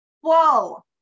Whoa